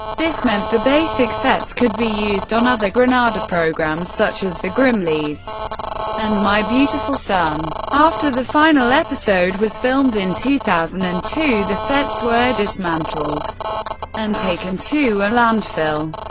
this meant the basic sets could be used on other granada programmes, such as the grimleys and my beautiful son. after the final episode was filmed in two thousand and two, the sets were dismantled and taken to a landfill.